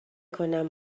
کنم